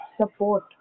support